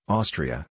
Austria